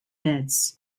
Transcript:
beds